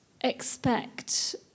expect